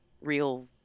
real